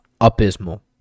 abysmal